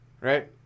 Right